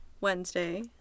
Wednesday